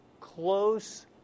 close